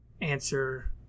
answer